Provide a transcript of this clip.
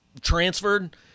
transferred